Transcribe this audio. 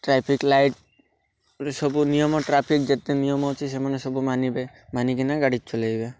traffic light ସବୁ ନିୟମ traffic ଯେତେ ନିୟମ ଅଛି ସେମାନେ ସବୁ ମାନିବେ ମାନିକିନା ଗାଡ଼ି ଚଲେଇବେ